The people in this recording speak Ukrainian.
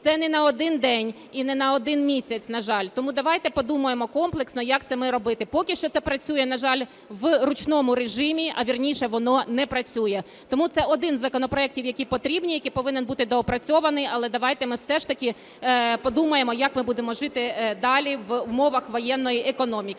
Це не на один день і не на один місяць, на жаль. Тому давайте подумає комплексно як це має робити. Поки що це працює, на жаль, в ручному режимі, а вірніше, воно не працює. Тому це один із законопроектів, які потрібні, який повинен бути доопрацьований, але давайте ми все ж таки подумаємо, як ми будемо жити далі в умовах воєнної економіки,